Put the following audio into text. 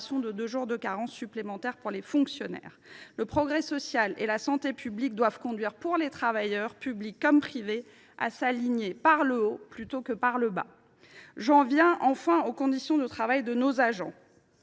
de deux jours de carence supplémentaires pour les fonctionnaires. Le progrès social et la santé publique doivent conduire, pour les travailleurs des secteurs publics et privés, à un alignement par le haut plutôt que par le bas. J’en viens enfin aux conditions de travail de nos agents